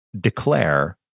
Declare